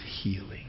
healing